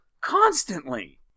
constantly